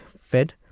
fed